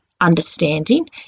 understanding